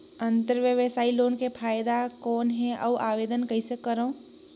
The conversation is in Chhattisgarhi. अंतरव्यवसायी लोन के फाइदा कौन हे? अउ आवेदन कइसे करव?